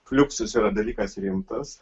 fliuksus yra dalykas rimtas